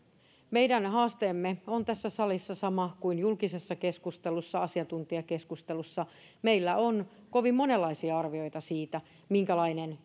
meidän haasteemme on tässä salissa sama kuin julkisessa keskustelussa asiantuntijakeskustelussa meillä on kovin monenlaisia arvioita siitä minkälainen